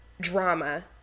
drama